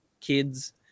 kids